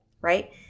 right